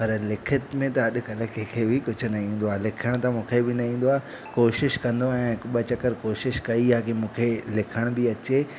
पर लिखित में त अॼुकल्ह कंहिंखे बि कुझ न ईंदो आहे लिखण त मूंखे बि न ईंदो आ कोशिश कंदो आहियां हिक ॿ चकर कोशिश कई आ्हे की मूंखे लिखण बि अचे